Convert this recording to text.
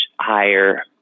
higher